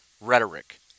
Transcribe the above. rhetoric